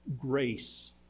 grace